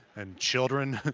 and children. and